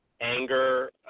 anger